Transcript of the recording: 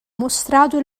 mostrato